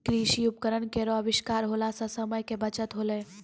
कृषि उपकरण केरो आविष्कार होला सें समय के बचत होलै